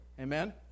Amen